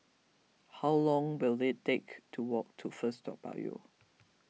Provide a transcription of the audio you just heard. how long will it take to walk to First Toa Payoh